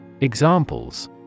Examples